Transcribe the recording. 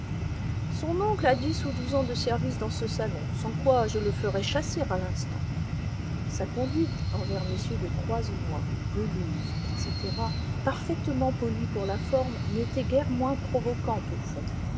son oncle a dix ou douze ans de service dans ce salon sans quoi je le ferais chasser à l'instant sa conduite envers mm de croisenois de luz etc parfaitement polie pour la forme n'était guère moins provocante au fond